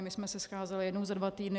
My jsme se scházeli jednou za dva týdny.